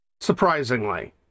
Surprisingly